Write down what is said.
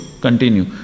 continue